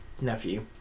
nephew